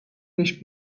beş